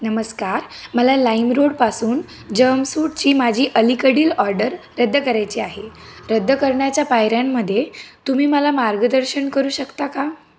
नमस्कार मला लाईमरोडपासून जमसूटची माझी अलीकडील ऑर्डर रद्द करायची आहे रद्द करण्याच्या पायऱ्यांमध्ये तुम्ही मला मार्गदर्शन करू शकता का